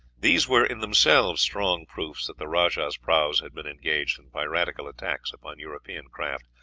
these were in themselves strong proofs that the rajah's prahus had been engaged in piratical attacks upon european craft,